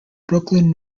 brooklyn